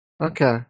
Okay